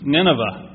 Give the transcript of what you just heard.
Nineveh